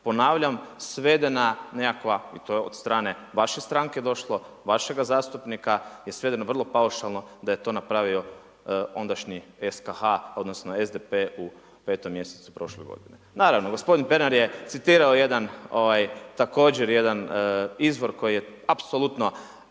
ponavljam svedena nekakva i to je od strane vaše stranke došlo, vašega zastupnika je svedeno vrlo paušalno da je to napravio ondašnji SKH-a odnosno SDP-e u 5. mjesecu prošle godine. Naravno, gospodin Pernar je citirao također jedan izvor koji je apsolutno